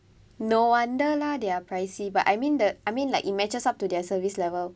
no wonder lah they are pricey but I mean the I mean like it matches up to their service level